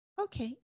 Okay